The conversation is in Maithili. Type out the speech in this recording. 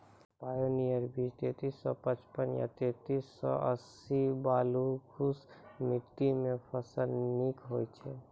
पायोनियर बीज तेंतीस सौ पचपन या तेंतीस सौ अट्ठासी बलधुस मिट्टी मे फसल निक होई छै?